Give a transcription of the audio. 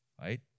right